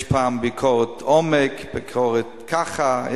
יש פעם ביקורת עומק, ביקורת ככה.